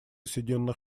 соединенных